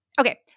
okay